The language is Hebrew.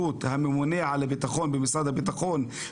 והדבר העיקרי שלשמו באתי יחד עם אשתי.